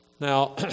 Now